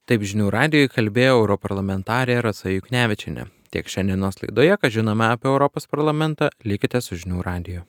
taip žinių radijui kalbėjo europarlamentarė rasa juknevičienė tiek šiandienos laidoje ką žinome apie europos parlamentą likite su žinių radiju